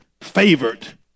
favored